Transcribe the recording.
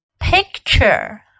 picture